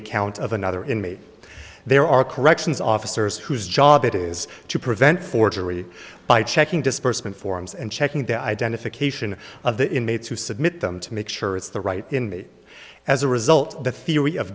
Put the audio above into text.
account of another inmate there are corrections officers whose job it is to prevent forgery by checking disbursement forms and checking the identification of the inmates who submit them to make sure it's the right in me as a result the theory of